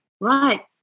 Right